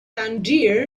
tangier